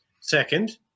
Second